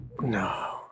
No